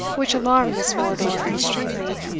which alarmed miss wardour extremely.